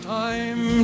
time